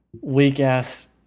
weak-ass